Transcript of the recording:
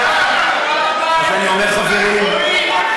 חברים,